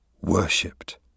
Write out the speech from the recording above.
Worshipped